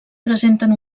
presenten